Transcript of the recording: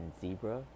zebra